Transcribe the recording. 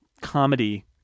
comedy